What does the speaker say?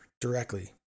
directly